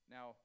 Now